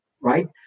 right